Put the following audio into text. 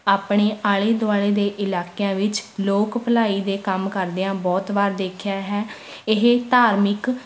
ਆਪਣੇ ਆਲੇ ਦੁਆਲੇ ਦੇ ਇਲਾਕਿਆਂ ਵਿੱਚ ਲੋਕ ਭਲਾਈ ਦੇ ਕੰਮ ਕਰਦਿਆਂ ਬਹੁਤ ਵਾਰ ਦੇਖਿਆ ਹੈ ਇਹ ਧਾਰਮਿਕ